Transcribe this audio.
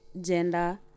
gender